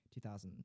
2000